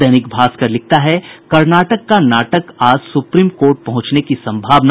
दैनिक भास्कर लिखता है कर्नाटक का नाटक आज सुप्रीम कोर्ट पहुंचने की सम्भावना